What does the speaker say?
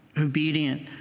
obedient